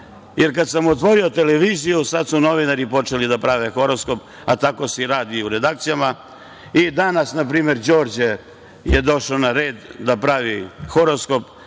jer kada sam otvorio televiziju, sada su novinari počeli da prave horoskop, a tako se radi u redakcijama. Danas, npr. Đorđe je došao na red da pravi horoskop